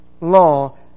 law